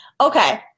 Okay